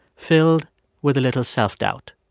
filled with a little self-doubt.